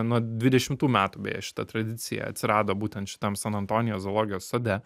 nuo dvidešimtų metų beje šita tradicija atsirado būtent šitam san antonijo zoologijos sode